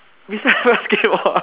beside basketball ah